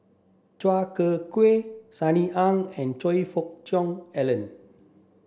Chua Ek Kay Sunny Ang and Choe Fook Cheong Alan